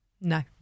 no